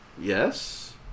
Yes